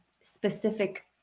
specific